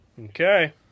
Okay